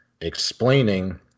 explaining